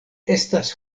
estas